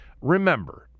Remember